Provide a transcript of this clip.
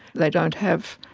they don't have,